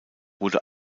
wurde